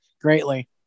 greatly